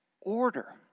order